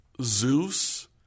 Zeus